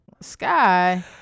sky